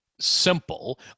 simple